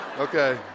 Okay